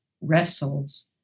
wrestles